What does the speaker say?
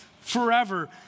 forever